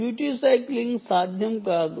duty cycling సాధ్యం కాదు